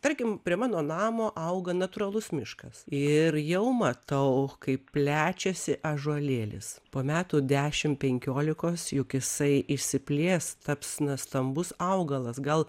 tarkim prie mano namo auga natūralus miškas ir jau matau kaip plečiasi ąžuolėlis po metų dešimt peniolikos juk jisai išsiplės taps na stambus augalas gal